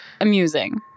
amusing